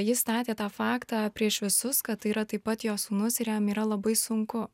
jis statė tą faktą prieš visus kad tai yra taip pat jo sūnus ir jam yra labai sunku